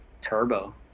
turbo